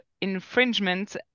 infringement